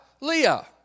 Leah